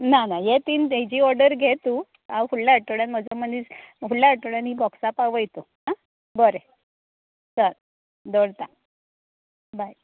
ना ना हे तीन हाजी ओडर घे तूं हांव फुडल्या आठवड्यान म्हजो मनीस फुडल्या आठवड्यान ही बॉक्सां पावय तूं बरे चल दवरतां बाय